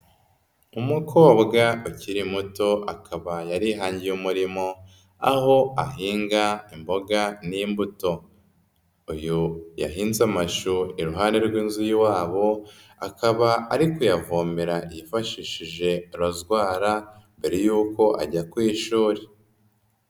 Umukobwa ukiri muto akaba yarihangiye umurimo aho ahinga imboga n'imbuto. Uyu yahinze amashu iruhande rw'inzu y'iwabo, akaba ari kuyavomera yifashishije rozwara mbere y'uko ajya ku ishuri.